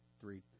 three